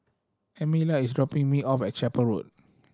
Emilia is dropping me off at Chapel Road